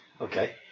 okay